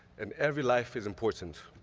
and every life is important.